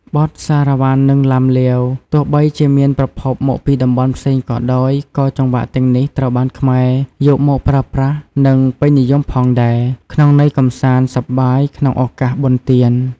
បទសារ៉ាវ៉ាន់ និងឡាំលាវ: ទោះបីជាមានប្រភពមកពីតំបន់ផ្សេងក៏ដោយ ក៏ចង្វាក់ទាំងនេះត្រូវបានខ្មែរយកមកប្រើប្រាស់ និងពេញនិយមផងដែរ ក្នុងន័យកម្សាន្តសប្បាយក្នុងឱកាសបុណ្យទាន។